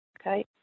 Okay